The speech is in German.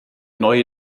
neue